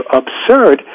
absurd